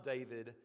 David